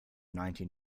nineteen